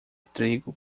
trigo